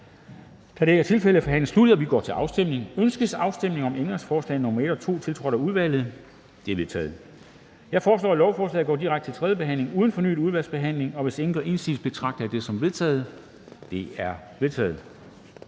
Kl. 10:28 Afstemning Formanden (Henrik Dam Kristensen): Ønskes afstemning om ændringsforslag nr. 1, tiltrådt af udvalget? Det er vedtaget. Jeg foreslår, at lovforslaget går direkte til tredje behandling uden fornyet udvalgsbehandling, og hvis ingen gør indsigelse, betragter jeg det som vedtaget. Det er vedtaget.